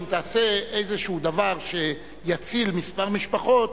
אם תעשה איזה דבר שיציל כמה משפחות,